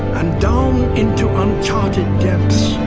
and down into uncharted depths,